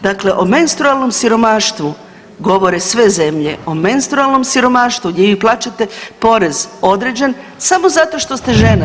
Dakle, o menstrualnom siromaštvu govore sve zemlje, o menstrualnom siromaštvu gdje vi plaćate porez određen samo zato što ste žena.